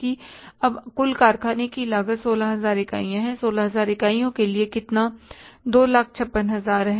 तो अब कुल कारखाने की लागत 16000 इकाइयां है 16000 इकाइयों के लिए कितना 256000 है